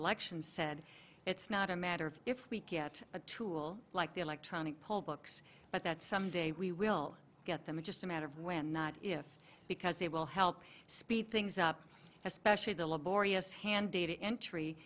elections said it's not a matter of if we get a tool like the electronic poll books but that some day we will get them in just a matter of when not if because they will help speed things up especially the laborious hand data entry